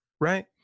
right